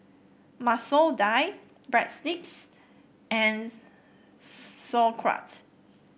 Masoor Dal Breadsticks and Sauerkraut